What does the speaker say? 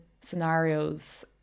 scenarios